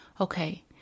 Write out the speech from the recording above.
okay